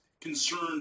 concerned